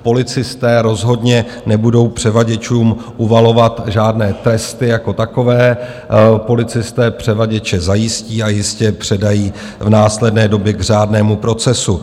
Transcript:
Policisté rozhodně nebudou převaděčům uvalovat žádné tresty jako takové, policisté převaděče zajistí a jistě je předají v následné době k řádnému procesu.